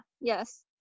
yes